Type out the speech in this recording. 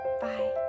bye